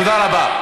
תודה רבה.